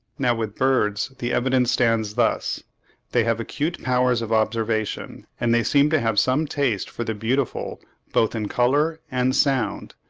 now with birds the evidence stands thus they have acute powers of observation, and they seem to have some taste for the beautiful both in colour and sound.